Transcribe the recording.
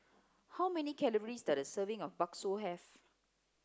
how many calories does a serving of Bakso have